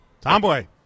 Tomboy